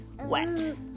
wet